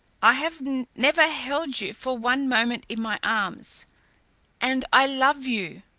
i have never held you for one moment in my arms and i love you!